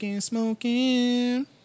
Smoking